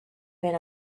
been